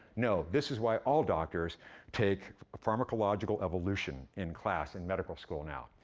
no this is why all doctors take pharmacological evolution in class in medical school now.